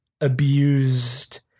abused